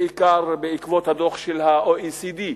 בעיקר בעקבות הדוח של ה-OECD.